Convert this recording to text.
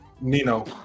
Nino